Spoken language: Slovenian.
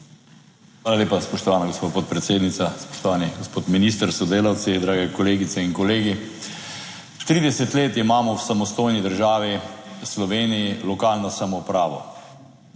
Hvala lepa, spoštovana gospa podpredsednica. Spoštovani gospod minister s sodelavci, dragi kolegice in kolegi! Trideset let imamo v samostojni državi Sloveniji lokalno samoupravo.